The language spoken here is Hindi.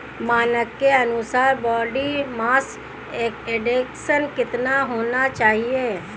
मानक के अनुसार बॉडी मास इंडेक्स कितना होना चाहिए?